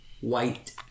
white